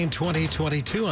2022